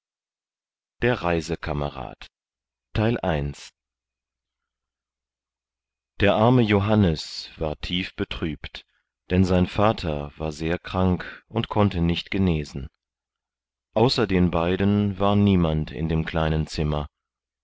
der reisekamerad der arme johannes war tief betrübt denn sein vater war sehr krank und konnte nicht genesen außer den beiden war niemand in dem kleinen zimmer